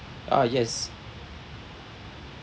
ah yes